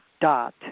dot